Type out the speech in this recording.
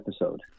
episode